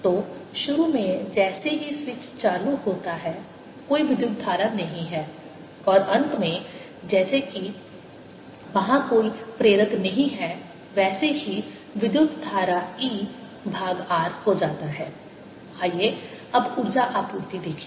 तो शुरू में जैसे ही स्विच चालू होता है कोई विद्युत धारा नहीं है और अंत में जैसे कि वहां कोई प्रेरक नहीं है वैसे ही विद्युत धारा E भाग R हो जाता है आइए अब ऊर्जा आपूर्ति देखें